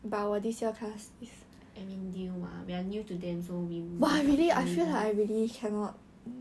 I mean new [what] we're new to them so maybe